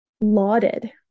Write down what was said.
lauded